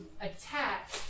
attack